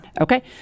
Okay